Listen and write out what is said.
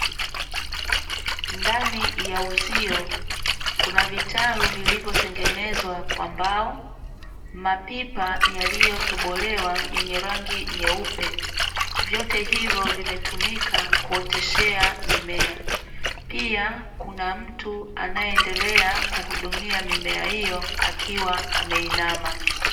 Ndani ya uzio kuna vitalu vilivyotengenezwa kwa mbao, mapipa yaliyotobolewa yenye rangi nyeupe; vyote hivyo vimetumika kuoteshea mimea. Pia kuna mtu anayeendelea kuhudumia mimea hiyo, akiwa ameinama.